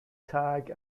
tag